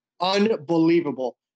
unbelievable